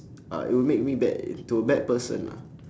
uh it would make me bad to a bad person ah